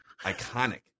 iconic